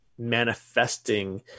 Manifesting